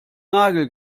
nagel